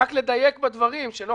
רק לדייק בדברים שלא,